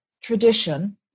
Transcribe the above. tradition